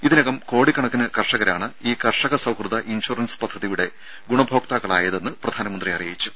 ഇതിനകം കോടിക്കണക്കിന് കർഷകരാണ് ഈ കർഷക സൌഹൃദ ഇൻഷൂറൻസ് പദ്ധതിയുടെ ഗുണഭോക്താക്കളായതെന്ന് പ്രധാനമന്ത്രി അറിയിച്ചു